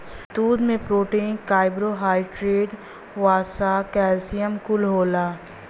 दूध में protein, carbohydrate, वसा, कैल्सियम कुल होला